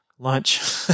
lunch